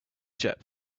jet